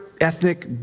ethnic